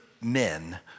men